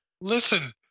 listen